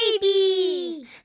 baby